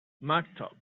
maktub